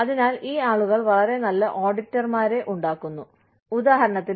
അതിനാൽ ഈ ആളുകൾ വളരെ നല്ല ഓഡിറ്റർമാരെ ഉണ്ടാക്കുന്നു ഉദാഹരണത്തിന്